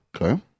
Okay